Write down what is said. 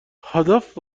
هدف